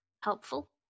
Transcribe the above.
Helpful